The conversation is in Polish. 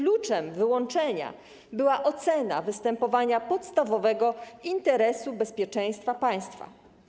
Kluczem wyłączenia była ocena występowania podstawowego interesu bezpieczeństwa państwa.